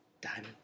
diamond